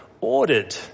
ordered